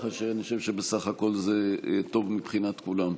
ככה שאני חושב שבסך הכול זה טוב מבחינת כולם.